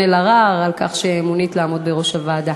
אלהרר על כך שמונית לעמוד בראש הוועדה.